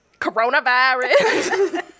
coronavirus